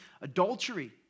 adultery